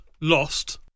lost